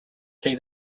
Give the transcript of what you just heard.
see